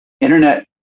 internet